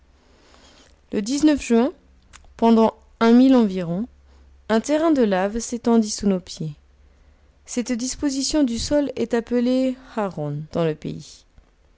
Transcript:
le juin pendant un mille environ un terrain de lave s'étendit sous nos pieds cette disposition du sol est appelée hraun dans le pays